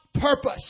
purpose